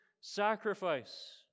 sacrifice